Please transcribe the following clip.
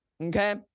okay